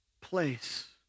place